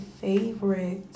favorite